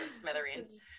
smithereens